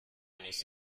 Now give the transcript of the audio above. muss